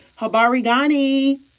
Habarigani